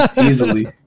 easily